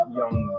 young